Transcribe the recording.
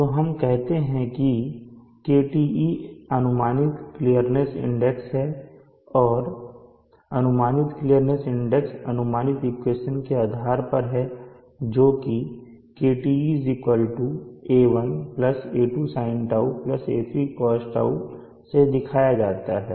तो हम कहते हैं कि KTe अनुमानित क्लियरनेस इंडेक्स हैअनुमानित क्लियरनेस इंडेक्स अनुमानित इक्वेशन के आधार पर है जो KTe A1 A2 sinτ A3 cosτ से दिखाया जाता है